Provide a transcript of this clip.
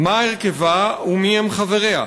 מה הוא הרכבה ומי הם חבריה?